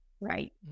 right